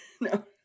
No